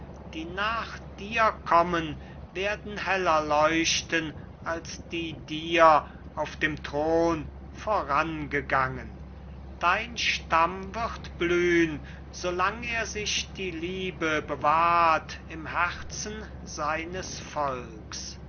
die nach dir kommen werden heller leuchten als die dir auf dem thron vorangegangen dein stamm wird blühn solang er sich die liebe bewahrt im herzen seines volks